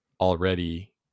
already